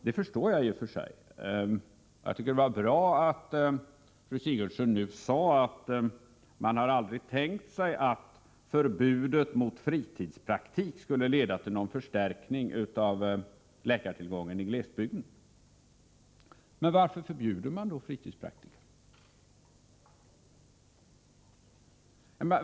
Det förstår jag, och jag tycker det var bra att fru Sigurdsen sade att man aldrig har tänkt sig att förbudet mot fritidspraktik skulle leda till någon förstärkning av läkartillgången i glesbygden. Men varför förbjuder man då fritidspraktiker?